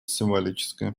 символическая